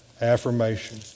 affirmation